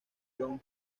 john